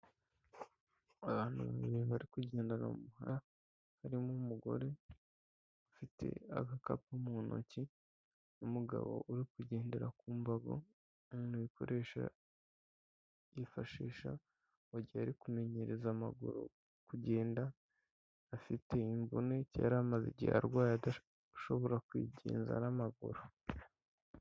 Abantu babiri barikugendana harimo umugore ufite agakapu mu ntoki numugabo uri kugendera ku mbago mu ikoresha yifashisha mu gihe ari kumenyereza amaguru kugenda afite imvune yari amaze igihe arwaye ashobora kwigenza n'amaguru.